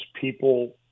people